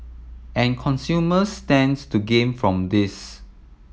and consumers stands to gain from this